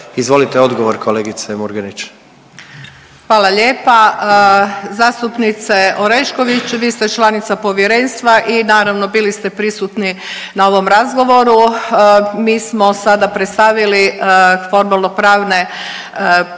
Izvolite odgovor kolegice Murganić. **Murganić, Nada (HDZ)** Hvala lijepa. Zastupnice Orešković, vi ste članica Povjerenstva i naravno, bili ste prisutni na ovom razgovoru. Mi smo sada predstavili formalnopravne pretpostavke